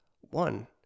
One